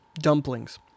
Dumplings